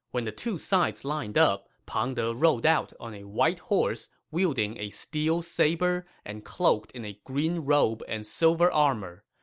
when the two sides lined up, pang de rode out on a white horse, wielding a steel saber, and cloaked in a green robe and silver armor.